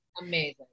amazing